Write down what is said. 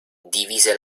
divise